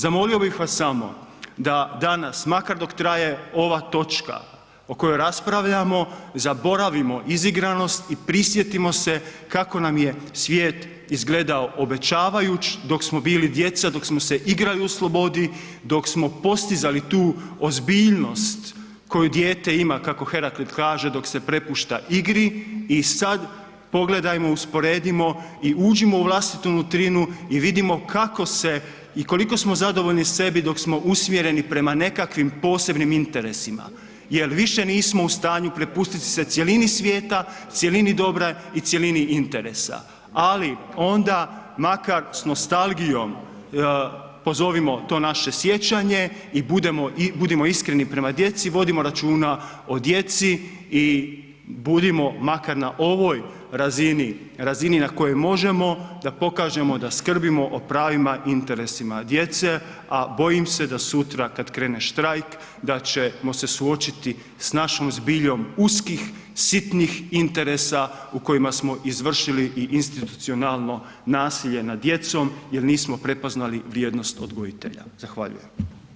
Zamolio bih vas samo da danas makar dok traje ova točka o kojoj raspravljamo, zaboravimo izigranosti i prisjetimo se kako nam je svijet izgledao obećavajući dok smo bili djeca, dok smo se igrali u slobodi, dok smo postizali tu ozbiljnost koju dijete ima kako Heraklit kaže dok se prepušta igri i sad pogledajmo, usporedimo i uđimo u vlastitu nutrinu i vidimo kako se i koliko smo zadovoljni sebi dok smo usmjereni prema nekakvim posebnim interesima jer više nismo u stanju prepustiti se cjelini svijeta, cjelini dobra i cjelini interesa ali onda makar s nostalgijom pozovimo to naše sjećanje i budimo iskreni prema djeci, vodimo računa o djeci i budimo makar na ovoj razini, razini na kojoj možemo da pokažemo da skrbimo pravima i interesima djece a bojim se da sutra kad krene štrajk, da ćemo se suočiti sa našom zbiljom uskih, sitnih interesa u kojima smo izvršili i institucionalno nasilje nad djecom jer nismo prepoznali vrijednost odgojitelja, zahvaljujem.